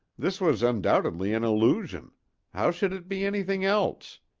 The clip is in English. this was undoubtedly an illusion how should it be anything else?